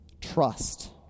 trust